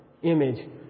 image